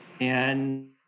and-